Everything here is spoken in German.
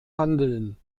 handeln